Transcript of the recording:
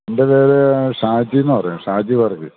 എൻ്റെ പേര് ഷാജി എന്നു പറയും ഷാജി വർഗീസ്